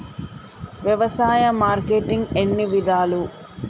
వ్యవసాయ మార్కెటింగ్ ఎన్ని విధాలు?